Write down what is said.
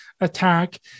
attack